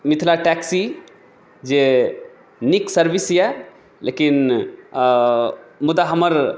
Mithila taxi जे नीक service यऽ लेकिन मुदा हमर